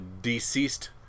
deceased